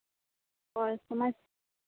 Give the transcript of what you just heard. ᱦᱳᱭ ᱥᱚᱢᱟᱡᱽ